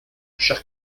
chers